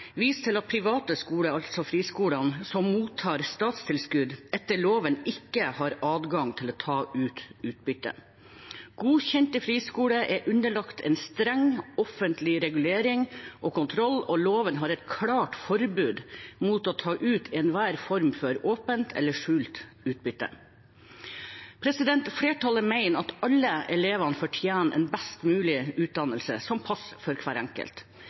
til at private skoler, altså friskoler, som mottar statstilskudd, etter loven ikke har adgang til å ta ut utbytte. Godkjente friskoler er underlagt en streng offentlig regulering og kontroll, og loven har et klart forbud mot å ta ut enhver form for åpent eller skjult utbytte. Flertallet mener at alle elevene fortjener en best mulig utdannelse som passer for hver enkelt.